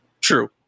True